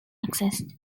accessed